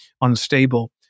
unstable